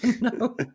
no